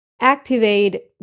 activate